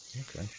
Okay